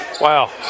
Wow